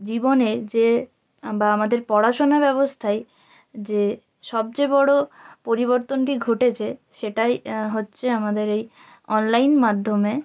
জীবনের যে বা আমাদের পড়াশোনা ব্যবস্থায় যে সবচেয়ে বড় পরিবর্তনটি ঘটেছে সেটাই হচ্ছে আমাদের এই অনলাইন মাধ্যমে